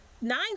nine